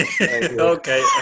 Okay